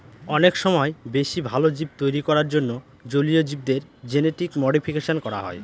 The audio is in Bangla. অনেক সময় বেশি ভালো জীব তৈরী করার জন্য জলীয় জীবদের জেনেটিক মডিফিকেশন করা হয়